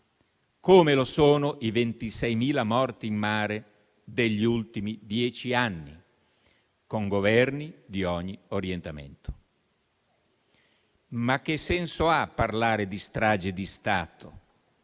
come lo sono i 26.000 morti in mare degli ultimi dieci anni con governi di ogni orientamento. Ma che senso ha parlare di strage di Stato?